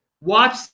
watch